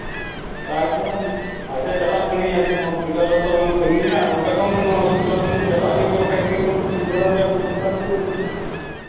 ᱟᱪᱪᱷᱟ ᱟᱪᱪᱷᱟ ᱪᱟᱞᱟᱜ ᱠᱟᱹᱱᱟᱹᱧ ᱟᱫᱚ ᱦᱚᱥᱯᱤᱴᱟᱞ ᱦᱚᱛᱚ ᱵᱟᱝ ᱥᱟᱺᱜᱤᱧᱟ ᱟᱨ ᱚᱸᱰᱮ ᱠᱷᱚᱱ ᱦᱚᱥᱯᱤᱴᱟᱞ ᱡᱩᱫᱤ ᱪᱟᱞᱟᱜ ᱦᱩᱭᱩᱜᱚᱜ ᱠᱷᱟᱱ ᱠᱤ ᱵᱮᱵᱚᱥᱛᱷᱟ ᱠᱚ